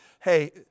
Hey